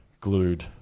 glued